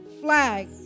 flag